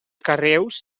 carreus